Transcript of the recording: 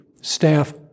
staff